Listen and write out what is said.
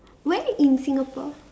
where in Singapore